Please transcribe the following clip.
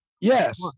Yes